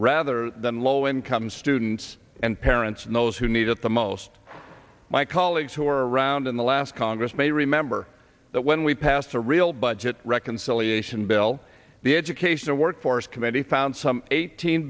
rather than low income students and parents and those who need it the most my colleagues who are around in the last congress may remember that when we passed a real budget reconciliation bill the education and workforce committee found some eighteen